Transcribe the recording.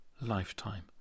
lifetime